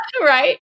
Right